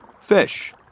fish